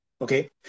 okay